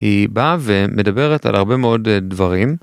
היא באה ומדברת על הרבה מאוד דברים.